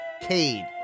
Cade